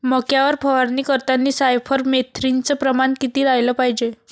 मक्यावर फवारनी करतांनी सायफर मेथ्रीनचं प्रमान किती रायलं पायजे?